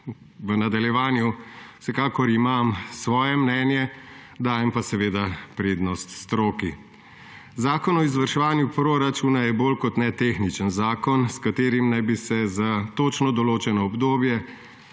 v nadaljevanju, vsekakor imam svoje mnenje, dajem pa prednost stroki. Zakon o izvrševanju proračunov je bolj kot ne tehnični zakon, s katerim naj bi se za točno določeno obdobje